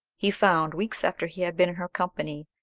he found, weeks after he had been in her company,